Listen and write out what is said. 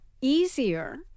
easier